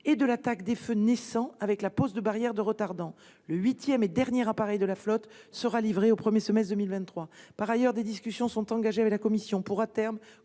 et de l'attaque des feux naissants, avec la pose de barrières de retardant. Le huitième et denier appareil de la flotte sera livré au premier semestre 2023. Par ailleurs, des discussions sont engagées avec la Commission européenne